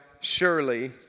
surely